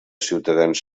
ciutadans